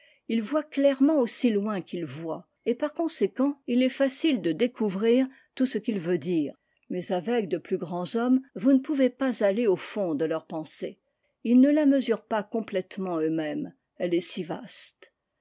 il voit clairement aussi loin qu'il voit et par conséquent il est facile de découvrir i le tibrary edition indique comme référence emerson j to rhea dire mais avec de plus grands tout ce qu'il veut dire mais avec de plus grands hommes vous ne pouvez pas aller au fond de leur pensée ils ne la mesurent pas complètement eux-mêmes elle est si vaste